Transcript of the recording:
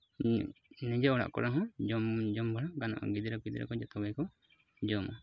ᱱᱤᱡᱮ ᱚᱲᱟᱜ ᱠᱚᱨᱮᱦᱚᱸ ᱡᱚᱢ ᱡᱚᱢ ᱵᱟᱲᱟ ᱜᱟᱱᱚᱜᱼᱟ ᱜᱤᱫᱽᱨᱟᱹ ᱯᱤᱫᱽᱨᱟᱹ ᱠᱚ ᱡᱚᱛᱚ ᱜᱮᱠᱚ ᱡᱚᱢᱟ